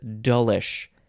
dullish